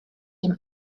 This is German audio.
dem